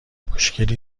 مشکلی